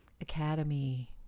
academy